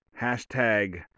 hashtag